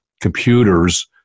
computers